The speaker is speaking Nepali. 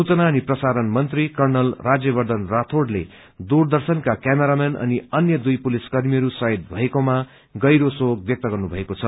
सूचना अनि प्रसारण मन्त्री कर्नल राज्यर्वथन राठौइले दूरर्दशनका कैमरामैन अनि अन्य दुई पुलिसकर्मीहरू शहीद भएकोमा गहिरो शोक व्यक्त गर्नुभएको छ